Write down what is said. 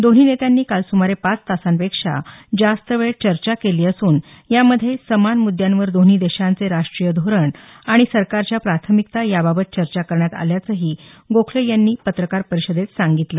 दोन्ही नेत्यांनी काल सुमारे पाच तासांपेक्षा जास्त वेळ चर्चा केली असून यामध्ये समान मुद्द्यांवर दोन्ही देशांचे राष्ट्रीय धोरण आणि सरकारच्या प्राथमिकता याबाबत चर्चा करण्यात आल्याचंही गोखले यांनी पत्रकार परिषदेत सांगितलं